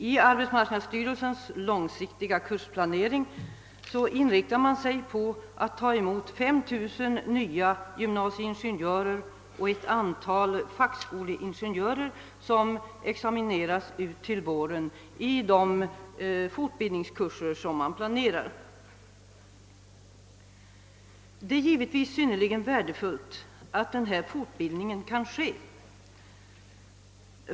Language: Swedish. I arbetsmarknadsstyrelsens långsiktiga kursplanering inriktar man sig på att i de fortbildningskurser man planerar ta emot 5 000 nya gymnasieingenjörer och ett antal fackskoleingenjörer som utexamineras till våren. Det är givetvis synnerligen värdefullt att denna fortbildning kan ske.